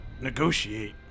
negotiate